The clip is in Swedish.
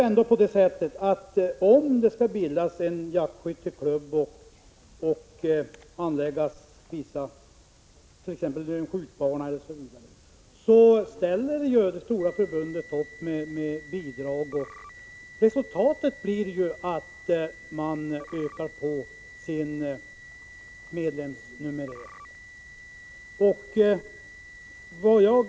Om det bildas en jaktskytteklubb och det skall anläggas t.ex. en skjutbana, då ställer det stora förbundet upp med bidrag. Resultatet blir att man ökar på sin medlemsnumerär.